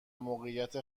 موقعیت